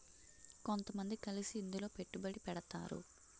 కొంతమంది కలిసి ఇందులో పెట్టుబడి పెడతారు